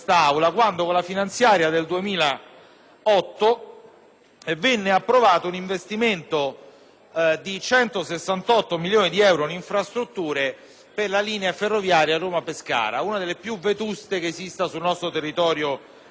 venne approvato un investimento di 168 milioni di euro in infrastrutture, per la linea ferroviaria Roma-Pescara, una delle più vetuste che esistano nel nostro territorio nazionale, utilizzando il FAS: finalmente,